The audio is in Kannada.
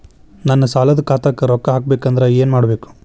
ನನ್ನ ಸಾಲದ ಖಾತಾಕ್ ರೊಕ್ಕ ಹಾಕ್ಬೇಕಂದ್ರೆ ಏನ್ ಮಾಡಬೇಕು?